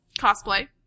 cosplay